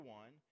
one